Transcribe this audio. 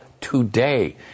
today